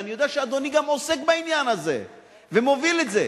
אני יודע שאדוני גם עוסק בעניין הזה ומוביל את זה,